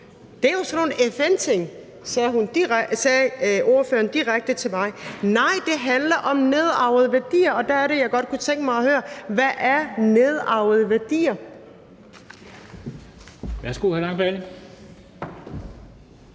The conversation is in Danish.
Det er jo sådan nogle FN-ting, sagde ordføreren direkte til mig. Nej, det handler om nedarvede værdier. Og der er det, at jeg godt kunne tænke mig at høre: Hvad er nedarvede værdier?